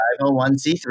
501c3